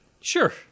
Sure